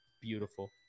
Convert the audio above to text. Beautiful